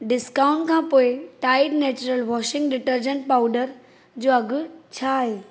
discount खां पोइ Tide natural washing detergent powder जो अघु छा आहे